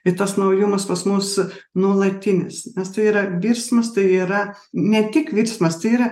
ir tas naujumas pas mus nuolatinis nes tai yra virsmas tai yra ne tik virsmas tai yra